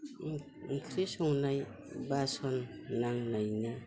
ओंख्रि संनाय बासन नांनायनि